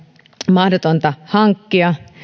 mahdotonta hankkia